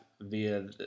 via